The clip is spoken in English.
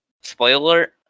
Spoiler